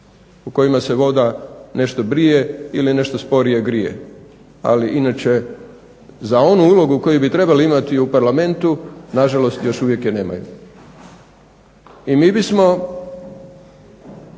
u kojima se voda nešto prije ili nešto sporije grije. Ali inače za onu ulogu koju bi trebali imati u Parlamentu na žalost još uvijek je nemaju. I mi bismo